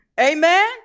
Amen